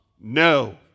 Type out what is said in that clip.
No